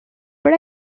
what